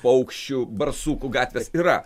paukščių barsukų gatvės yra